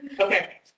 Okay